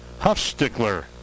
Huffstickler